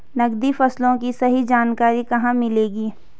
नकदी फसलों की सही जानकारी कहाँ मिलेगी?